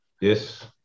Yes